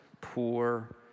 poor